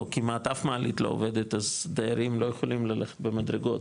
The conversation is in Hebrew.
או כמעט אף מעלית לא עובדת אז דיירים לא יכולים לרדת במדרגות,